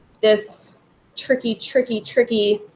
this tricky, tricky, tricky